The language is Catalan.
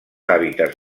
hàbitats